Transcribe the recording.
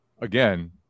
again